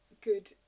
good